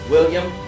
William